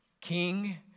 king